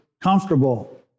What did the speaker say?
comfortable